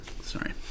Sorry